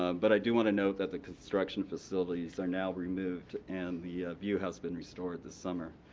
um but i do want to note that the construction facilities are now removed, and the view has been restored this summer.